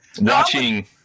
watching